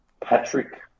Patrick